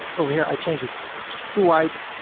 over here i change it to white,